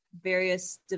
various